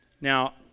now